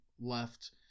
left